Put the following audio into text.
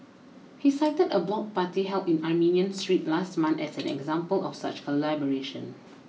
he cited a block party held in Armenian Street last month as an example of such collaboration